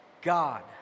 God